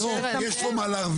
לא, יש פה מה להרוויח.